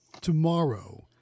tomorrow